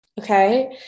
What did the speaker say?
okay